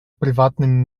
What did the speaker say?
prywatnym